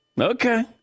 Okay